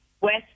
West